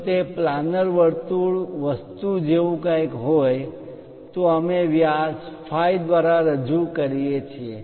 જો તે પ્લાનર વર્તુળ વસ્તુ જેવું કંઈક હોય તો અમે વ્યાસ phi દ્વારા રજૂ કરીએ છીએ